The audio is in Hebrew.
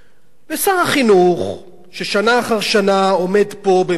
ששנה אחר שנה עומד פה ובמתק שפתיים מדבר על